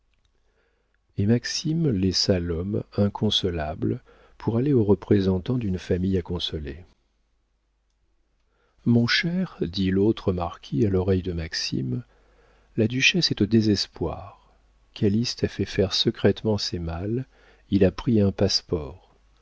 et maxime laissa l'homme inconsolable pour aller au représentant d'une famille à consoler mon cher dit l'autre marquis à l'oreille de maxime la duchesse est au désespoir calyste a fait faire secrètement ses malles il a pris un passe-port